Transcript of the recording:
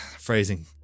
Phrasing